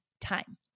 time